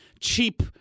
cheap